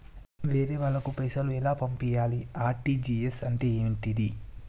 వేరే వాళ్ళకు పైసలు ఎలా పంపియ్యాలి? ఆర్.టి.జి.ఎస్ అంటే ఏంటిది?